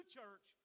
church